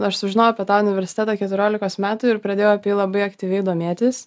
aš sužinojau apie tą universitetą keturiolikos metų ir pradėjau apie jį labai aktyviai domėtis